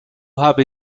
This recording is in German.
habe